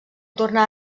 tornar